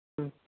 ம்